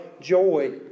Joy